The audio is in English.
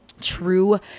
true